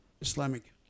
Islamic